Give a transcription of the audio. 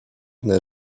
n’a